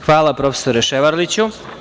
Hvala prof. Ševarliću.